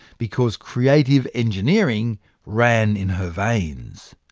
because creative engineering ran in her veins.